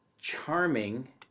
charming